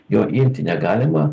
jo imti negalima